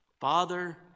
father